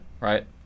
right